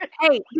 hey